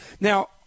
Now